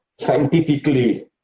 scientifically